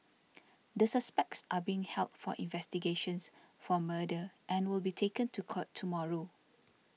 the suspects are being held for investigations for murder and will be taken to court tomorrow